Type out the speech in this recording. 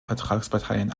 vertragsparteien